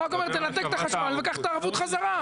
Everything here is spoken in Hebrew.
הוא רק אומר, תנתק את החשמל וקח את הערבות חזרה.